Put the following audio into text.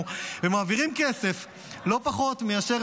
יצאו, כל תומכי הטרור.